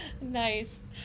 Nice